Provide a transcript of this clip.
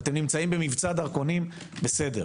אתם נמצאים במבצע דרכונים בסדר.